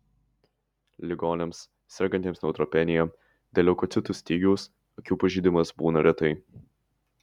ligoniams sergantiems neutropenija dėl leukocitų stygiaus akių pažeidimas būna retai